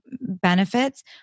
benefits